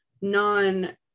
non